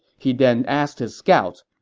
he then asked his scouts,